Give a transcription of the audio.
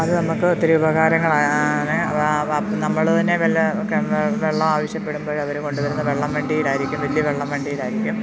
അത് നമുക്കൊത്തിരി ഉപകാരമാണ് നമ്മള് തന്നെ വെള്ളം ആവശ്യപ്പെടുമ്പോള് അവര് കൊണ്ടുവരുന്ന വെള്ളം വണ്ടിയിലായിരിക്കും വലിയ വെള്ളം വണ്ടിയിലായിരിക്കും